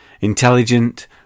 Intelligent